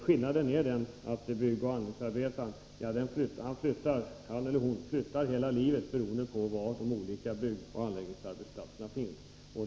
Skillnaden är den att byggnadsoch anläggningsarbetaren flyttar hela livet beroende på var de olika byggoch anläggningsarbetsplatserna finns.